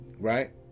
Right